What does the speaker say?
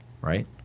right